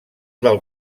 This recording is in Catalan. del